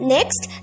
Next